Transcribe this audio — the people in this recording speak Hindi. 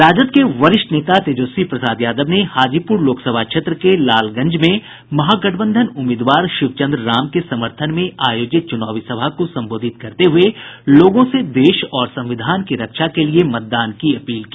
राजद के वरिष्ठ नेता तेजस्वी प्रसाद यादव ने हाजीपुर लोकसभा क्षेत्र के लालगंज में महागठबंधन उम्मीदवार शिवचंद्र राम के समर्थन में आयोजित चुनावी सभा को संबोधित करते हुए लोगों से देश और संविधान की रक्षा के लिये मतदान की अपील की